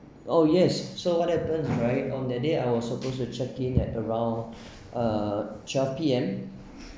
oh yes so what happens right on that day I was supposed to check in at around uh twelve P_M